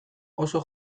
oso